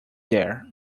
there